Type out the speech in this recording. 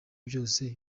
byose